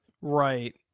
Right